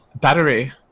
Battery